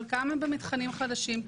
חלקן הם במתחמים חדשים.